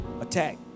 attack